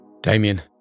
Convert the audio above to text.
damien